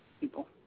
people